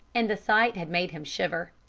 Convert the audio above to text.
and the sight had made him shiver.